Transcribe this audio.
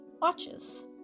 watches